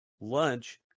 lunch